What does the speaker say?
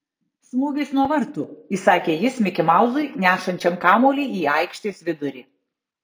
smūgis nuo vartų įsakė jis mikimauzui nešančiam kamuolį į aikštės vidurį